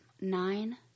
Nine